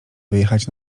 wyjechać